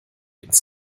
ins